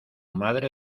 madre